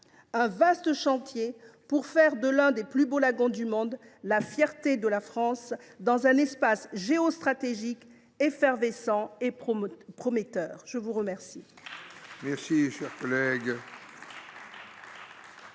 un vaste chantier pour faire de l’un des plus beaux lagons du monde la fierté de la France, dans un espace géostratégique effervescent et prometteur. La parole